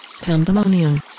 pandemonium